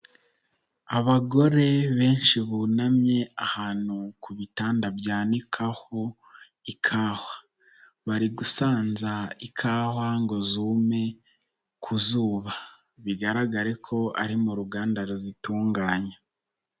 Abagore benshi bunamye ahantu ku bitanda byanikaho ikawa, bari gusanza ikawa ngo zume ku zuba, bigaragare ko ari mu ruganda ruzitunganya.